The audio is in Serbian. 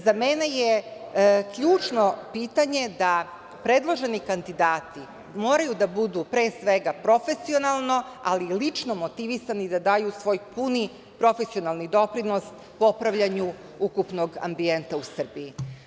Za mene je ključno pitanje da predloženi kandidati moraju da budu, pre svega, profesionalno, ali i lično motivisani, da daju svoj puni profesionalni doprinos popravljanju ukupnog ambijenta u Srbiji.